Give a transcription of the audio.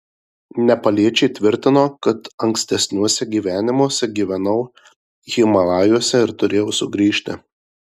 nepaliečiai tvirtino kad ankstesniuose gyvenimuose gyvenau himalajuose ir turėjau sugrįžti